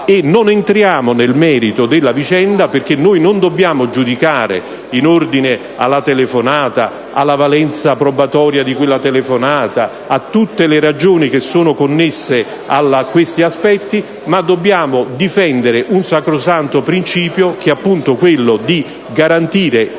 e non entriamo nel merito della vicenda, perché noi non dobbiamo giudicare in ordine alla telefonata, alla valenza probatoria di quella telefonata, a tutte le ragioni che sono connesse a questi aspetti, ma dobbiamo difendere un sacrosanto principio che è appunto quello di garantire la